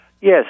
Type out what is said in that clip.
Yes